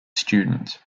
students